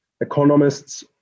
economists